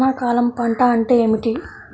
వానాకాలం పంట అంటే ఏమిటి?